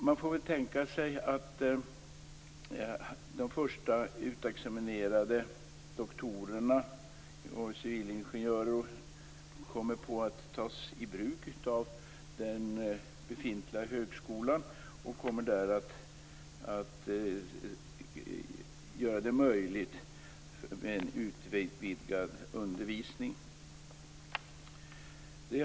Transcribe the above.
Man får väl tänka sig att de första utexaminerade doktorerna och civilingenjörerna kommer att tas i bruk av den befintliga högskolan och där kommer att möjliggöra en utvidgad undervisning.